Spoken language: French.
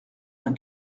d’un